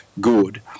good